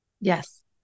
Yes